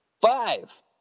five